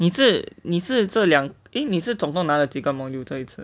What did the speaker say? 你是你是这两 eh 你是总共拿了几个 module 一次